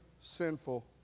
sinful